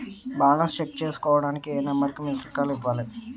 Balance check చేసుకోవటానికి ఏ number కి మిస్డ్ కాల్ ఇవ్వాలి?